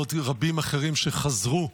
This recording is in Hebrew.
שחזרו,